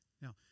Now